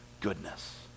goodness